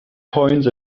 coins